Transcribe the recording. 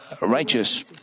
righteous